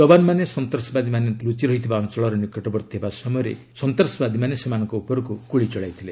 ଯବାନମାନେ ସନ୍ତାସବାଦୀମାନେ ଥିବା ଅଞ୍ଚଳର ନିକଟବର୍ତ୍ତୀ ହେବା ସମୟରେ ଲୁଚିରହିଥିବା ସନ୍ତ୍ରାସବାଦୀମାନେ ସେମାନଙ୍କ ଉପରକୁ ଗୁଳି ଚଳାଇଥିଲେ